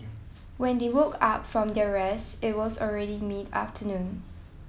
when they woke up from their rest it was already mid afternoon